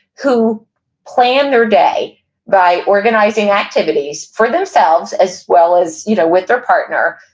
who plan their day by organizing activities for themselves, as well as, you know, with their partner,